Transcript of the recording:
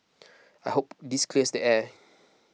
I hope this clears the air